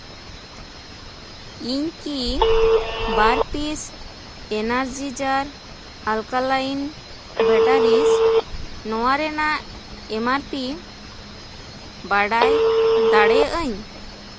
ᱤᱧ ᱠᱤ ᱵᱟᱨ ᱯᱤᱥ ᱮᱱᱟᱨᱡᱤᱡᱟᱨ ᱟᱞᱠᱟᱞᱟᱭᱤᱱ ᱵᱮᱴᱟᱨᱤᱡ ᱱᱚᱶᱟ ᱨᱮᱱᱟᱜ ᱮᱢ ᱟᱨ ᱯᱤ ᱵᱟᱰᱟᱭ ᱫᱟᱲᱮᱭᱟᱜᱼᱟᱹᱧ